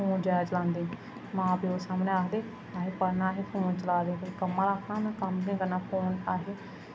phone जादा चलांदे मां प्यो दे सामनै आखदे असें पढ़ना असें फोन चला दे ते कम्म आह्ला आखना ते कम्म नेईं करना फोन आखदे